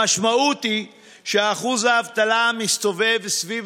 המשמעות היא ששיעור האבטלה מסתובב סביב